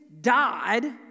died